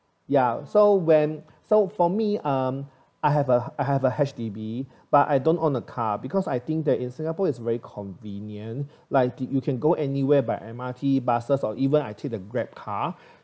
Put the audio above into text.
ya so when so for me um I have a I have a H_D_B but I don't own a car because I think that in singapore is very convenient like you can go anywhere by M_R_T buses or even I take the grab car